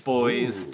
Boys